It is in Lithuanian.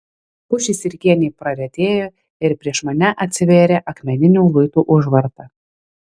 pušys ir kėniai praretėjo ir prieš mane atsivėrė akmeninių luitų užvarta